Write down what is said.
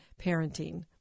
parenting